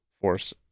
force